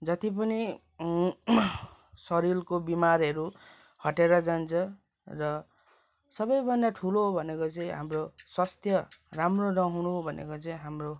जति पनि शरीरको बिमारहरू हटेर जान्छ र सबैभन्दा ठुलो भनेको चाहिँ हाम्रो स्वस्थ्य राम्रो रहनु भनेको चाहिँ हाम्रो